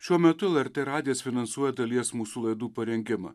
šiuo metu lrt radijas finansuoja dalies mūsų laidų parengimą